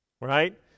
right